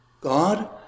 God